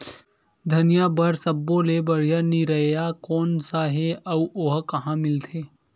धनिया बर सब्बो ले बढ़िया निरैया कोन सा हे आऊ ओहा कहां मिलथे?